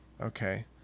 Okay